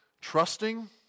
Trusting